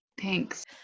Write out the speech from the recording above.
Thanks